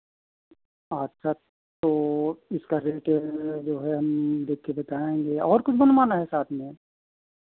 आच्छा तो इसका रेट जो है हम देख के बताएँगे और कुछ बनवाना है साथ में